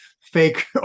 fake